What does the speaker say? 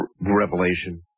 revelation